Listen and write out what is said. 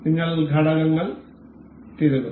നിങ്ങൾ ഘടകങ്ങൾ തിരുകും